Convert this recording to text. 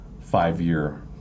five-year